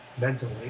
mentally